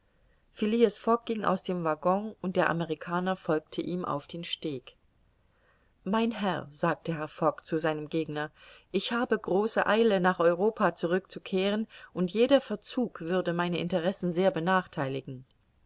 fogg ging aus dem waggon und der amerikaner folgte ihm auf den steg mein herr sagte herr fogg zu seinem gegner ich habe große eile nach europa zurückzukehren und jeder verzug würde meine interessen sehr benachtheiligen